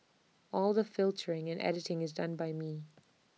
all the filtering and editing is done by me